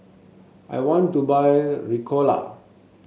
I want to buy Ricola